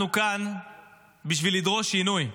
אנחנו כאן בשביל לדרוש שינוי,